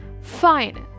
Fine